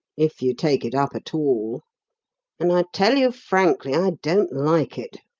if you take it up at all and i tell you frankly, i don't like it.